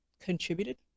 contributed